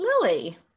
Lily